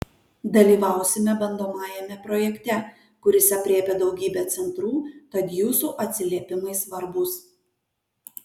dalyvausime bandomajame projekte kuris aprėpia daugybę centrų tad jūsų atsiliepimai svarbūs